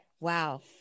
Wow